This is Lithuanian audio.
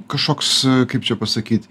kažkoks kaip čia pasakyt